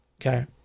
Okay